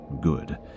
good